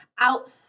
out